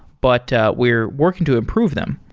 but we're working to improve them.